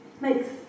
makes